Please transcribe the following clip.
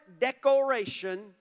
decoration